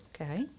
Okay